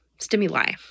stimuli